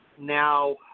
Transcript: Now